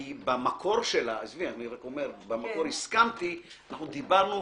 כי במקור שלה הסכמתי ואנחנו דיברנו